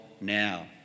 now